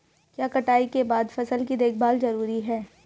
क्या कटाई के बाद फसल की देखभाल जरूरी है?